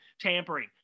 tampering